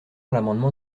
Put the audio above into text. l’amendement